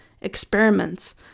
experiments